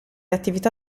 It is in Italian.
attività